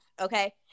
okay